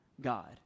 God